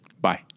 Bye